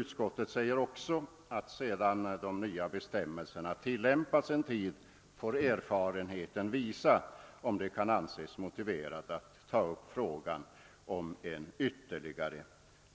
Utskottet framhåller också att erfarenheten sedan de nya bestämmelserna tillämpats en tid får visa, om det kan anses motiverat att ta upp frågan om en ytterligare